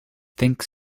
think